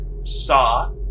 saw